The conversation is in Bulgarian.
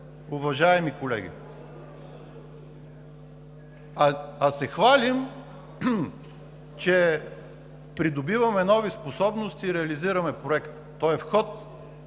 уважаеми колеги, а се хвалим, че придобиваме нови способности, реализираме проект. Той е в ход,